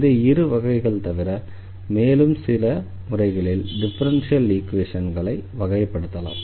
இந்த இரு வகைகள் தவிர மேலும் சில முறைகளில் டிஃபரன்ஷியல் ஈக்வேஷன்களை வகைப்படுத்தலாம்